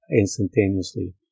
instantaneously